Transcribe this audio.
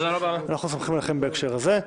אנחנו סומכים עליכם בהקשר הזה.